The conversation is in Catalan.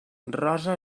rosa